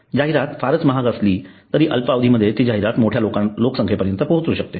जाहिरात फारच महाग असली तरी अल्प अवधीमध्ये ती जाहिरात मोठ्या लोकसंख्येपर्यंत पोहोचू शकते